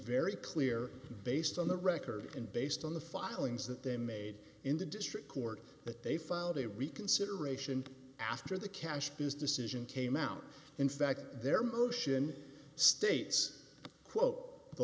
very clear based on the record and based on the filings that they made in the district court that they filed a reconsideration after the cash this decision came out in fact their motion states quote the